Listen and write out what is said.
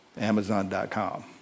Amazon.com